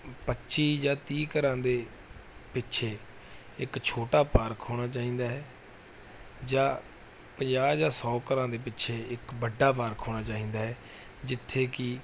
ਪੱਚੀ ਜਾਂ ਤੀਹ ਘਰਾਂ ਦੇ ਪਿੱਛੇ ਇੱਕ ਛੋਟਾ ਪਾਰਕ ਹੋਣਾ ਚਾਹੀਦਾ ਹੈ ਜਾਂ ਪੰਜਾਹ ਜਾਂ ਸੌ ਘਰਾਂ ਦੇ ਪਿੱਛੇ ਇਕ ਵੱਡਾ ਪਾਰਕ ਹੋਣਾ ਚਾਹੀਦਾ ਹੈ ਜਿੱਥੇ ਕਿ